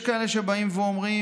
יש כאלה שבאים ואומרים: